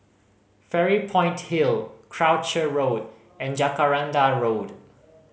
Fairy Point Hill Croucher Road and Jacaranda Road